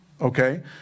okay